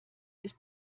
ist